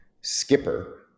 skipper